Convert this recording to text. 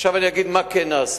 עכשיו אני אגיד מה כן נעשה.